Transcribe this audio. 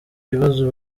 ibibazo